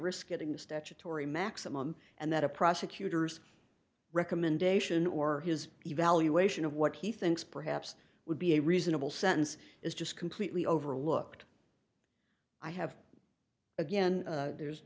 risk getting a statutory maximum and that a prosecutor's recommendation or his evaluation of what he thinks perhaps would be a reasonable sentence is just completely overlooked i have again there's